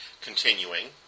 continuing